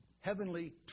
heavenly